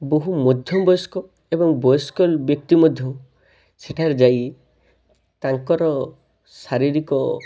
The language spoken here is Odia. ବହୁ ମଧ୍ୟ ବୟସ୍କ ଏବଂ ବୟସ୍କ ବ୍ୟକ୍ତି ମଧ୍ୟ ସେଠାରେ ଯାଇ ତାଙ୍କର ଶାରିରୀକ